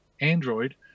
android